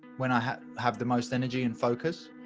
when i have the most energy and focus,